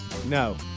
No